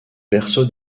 berceau